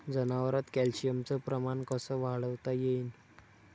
जनावरात कॅल्शियमचं प्रमान कस वाढवता येईन?